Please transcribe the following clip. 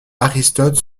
aristote